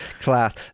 class